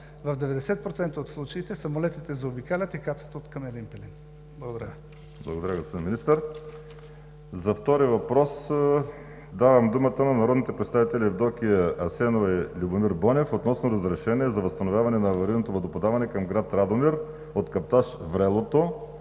В 90% от случаите самолетите заобикалят и кацат откъм Елин Пелин. Благодаря Ви. ПРЕДСЕДАТЕЛ ВАЛЕРИ СИМЕОНОВ: Благодаря, господин Министър. За втори въпрос давам думата на народните представители Евдокия Асенова и Любомир Бонев относно разрешение за възстановяване на аварийното водоподаване към град Радомир от каптаж „Врелото“